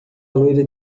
loira